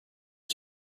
方式